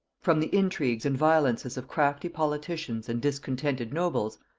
from the intrigues and violences of crafty politicians and discontented nobles,